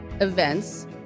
Events